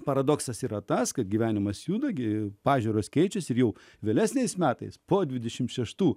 paradoksas yra tas kad gyvenimas juda gi pažiūros keičiasi jau vėlesniais metais po dvidešimt šeštų